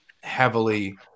heavily